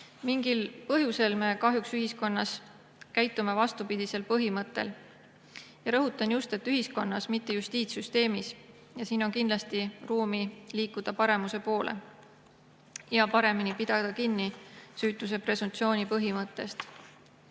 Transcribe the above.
Mingil põhjusel me kahjuks ühiskonnas käitume vastupidisel põhimõttel. Rõhutan just, et ühiskonnas, mitte justiitssüsteemis. Siin on kindlasti ruumi liikuda paremuse poole, paremini kinni pidada süütuse presumptsiooni põhimõttest.